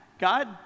God